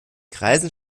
kreisen